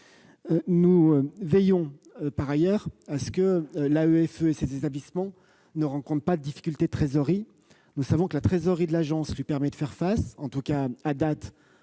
nous veillons à ce que l'AEFE et ses établissements ne rencontrent pas de difficultés de trésorerie. Nous savons que la trésorerie de l'agence lui permet de faire face ; à ce jour,